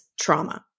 trauma